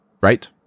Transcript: right